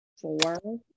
four